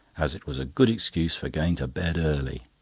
as it was a good excuse for going to bed early.